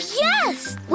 yes